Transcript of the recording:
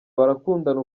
barakundana